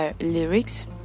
lyrics